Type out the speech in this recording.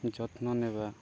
ଯତ୍ନ ନେବା